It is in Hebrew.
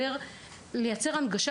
לייצר הנגשה